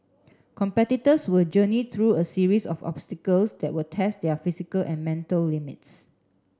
competitors will journey through a series of obstacles that will test their physical and mental limits